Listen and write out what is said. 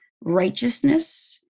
righteousness